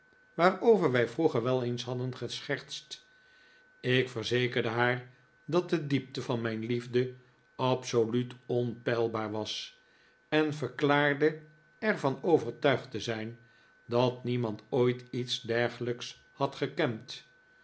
waarover wij vroeger wel eens hadden geschertst ik verzekerde haar dat de diepte van mijn liefde absoluut onpeilbaar was en verklaarde er van overtuigd te zijn dat niemand ooit iets dergelijks had gekend